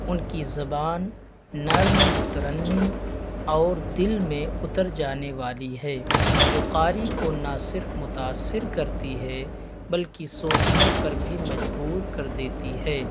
ان کی زبان نرم مترنم اور دل میں اتر جانے والی ہے جو قاری کو نہ صرف متاثر کرتی ہے بلکہ سوچنے پر بھی مجبور کر دیتی ہے